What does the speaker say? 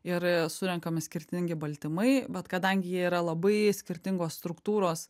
ir surenkami skirtingi baltymai bet kadangi jie yra labai skirtingos struktūros